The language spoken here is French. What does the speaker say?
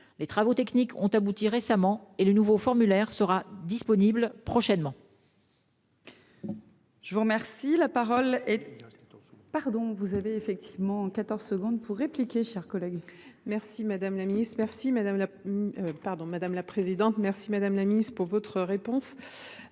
Les travaux techniques ont abouti récemment ; le nouveau formulaire sera disponible prochainement.